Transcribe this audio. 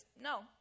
no